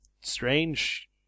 strange